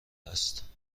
است